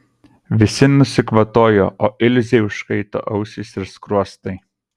visi nusikvatojo o ilzei užkaito ausys ir skruostai